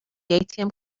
atm